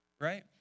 right